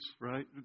right